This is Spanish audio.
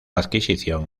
adquisición